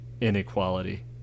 inequality